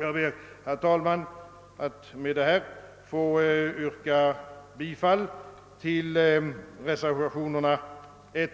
Jag ber, herr talman, att med detta få yrka bifall till reservationerna 1,